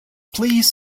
please